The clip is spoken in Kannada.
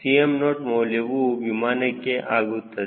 Cm0 ಮೌಲ್ಯವು ವಿಮಾನಕ್ಕೆ ಆಗುತ್ತದೆ